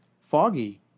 foggy